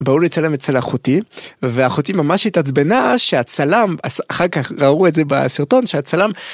בואו לצלם אצל אחותי. ואחותי ממש התעצבנה שהצלם, אחר כך ראו את זה בסרטון, שהצלם...